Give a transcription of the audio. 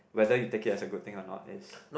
whether you take it as a good thing or not is